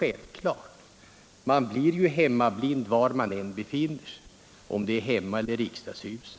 Man kan bli hemmablind även i riksdagshuset.